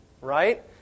right